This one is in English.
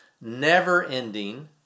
never-ending